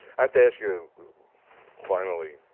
i have to ask you finally.